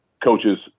coaches